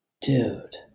Dude